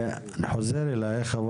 אני חוזר אלייך,